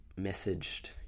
messaged